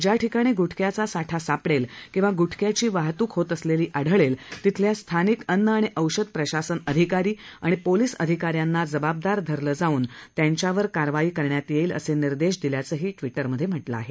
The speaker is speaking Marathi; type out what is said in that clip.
ज्या ठिकाणी गुटख्याचा साठा सापडेल किंवा गुटख्याची वाहतुक होत असलेली आढळेल तिथल्या स्थानिक अन्न औषध प्रशासन अधिकारी आणि पोलीस अधिकाऱ्यांना जबाबदार धरलं जाऊन त्यांच्यावर कारवाई करण्यात येईल असे निर्देश दिल्याचंही ट्विमध्ये म्हटलं आहे